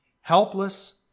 helpless